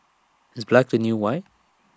is black the new white